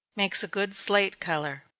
makes a good slate color.